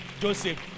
Joseph